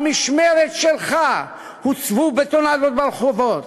במשמרת שלך הוצבו בטונדות ברחובות,